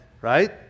right